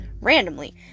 randomly